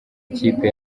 ikipe